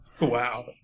Wow